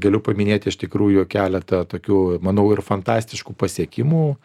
galiu paminėti iš tikrųjų keletą tokių manau ir fantastiškų pasiekimų